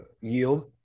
yield